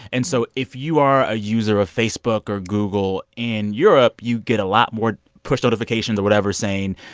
and so if you are a user of facebook or google in europe, you get a lot more push notifications or whatever saying,